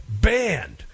banned